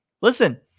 Listen